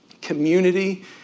community